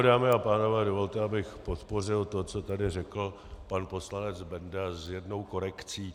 Dámy a pánové, dovolte, abych podpořil to, co tady řekl pan poslanec Benda, s jednou korekcí.